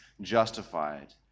justified